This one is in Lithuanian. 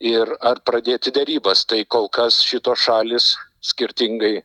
ir ar pradėti derybas tai kol kas šitos šalys skirtingai